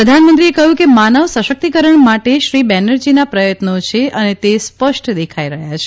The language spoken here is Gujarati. પ્રધાનમંત્રીએ કહ્યું કે માનવ સશક્તિકરણ માટે શ્રી બેનરજીના પ્રયત્નો છે અને તે સ્પષ્ટ દેખાઇ રહયા છે